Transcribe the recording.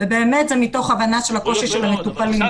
וזה מתוך הבנה של הקושי של המטופלים.